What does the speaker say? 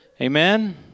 Amen